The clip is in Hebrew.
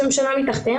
שהם שנה מתחתיהן,